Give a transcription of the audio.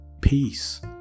peace